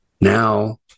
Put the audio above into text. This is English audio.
Now